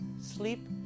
Sleep